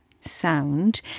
sound